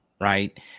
right